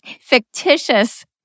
fictitious